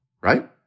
Right